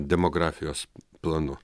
demografijos planu